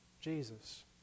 Jesus